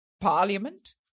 Parliament